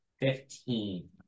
Fifteen